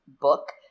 book